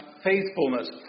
faithfulness